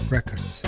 Records